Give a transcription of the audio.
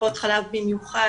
בטיפות חלב במיוחד,